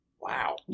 Wow